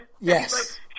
yes